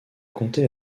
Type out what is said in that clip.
compter